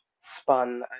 spun